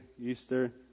Easter